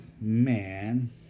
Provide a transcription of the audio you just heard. man